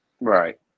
Right